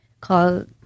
called